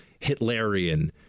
Hitlerian